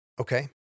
Okay